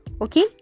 okay